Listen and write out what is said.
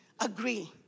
agree